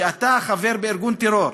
שאתה חבר בארגון טרור.